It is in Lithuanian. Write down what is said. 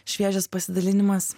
šviežias pasidalinimas